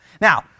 Now